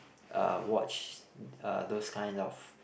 uh watch uh those kind of